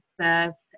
access